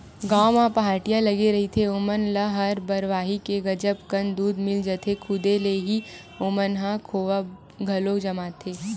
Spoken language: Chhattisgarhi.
गाँव म पहाटिया लगे रहिथे ओमन ल हर बरवाही के गजब कन दूद मिल जाथे, खुदे ले ही ओमन ह खोवा घलो जमाथे